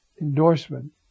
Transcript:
endorsement